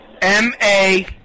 M-A